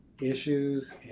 issues